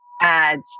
ads